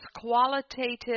qualitative